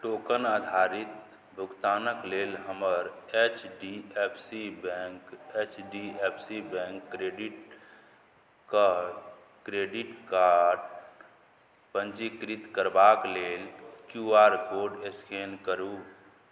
token आधारित भुगतानक लेल हमर H D F C bank credit card पञ्जीकृत करबाक लेल क्यू आर कोड स्कैन करू